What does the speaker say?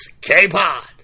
K-Pod